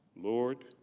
lord,